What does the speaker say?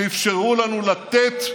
שאפשרו לנו לתת,